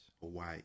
Hawaii